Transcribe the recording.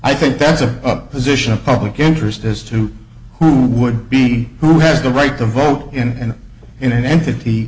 i think that's a position of public interest as to who would be who has the right to vote in and in an entity